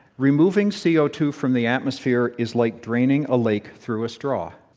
removing c o two from the atmosphere is like draining a lake through a straw.